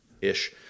ish